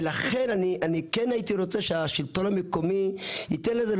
ולכן אני כן הייתי רוצה שהשלטון המקומי ייתן לזה,